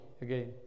again